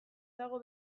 dago